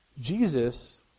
Jesus